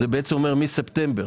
מספטמבר,